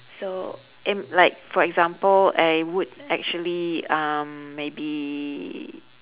so am like for example I would actually um maybe